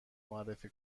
معرفی